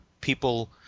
people